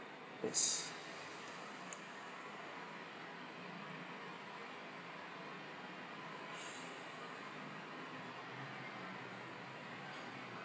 yes